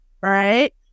right